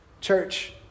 Church